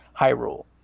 hyrule